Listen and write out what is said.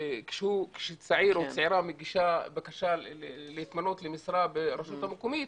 כשצעיר או צעירה מגישים בקשה להתמנות למשרה ברשות המקומית,